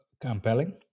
Compelling